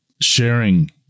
sharing